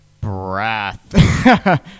breath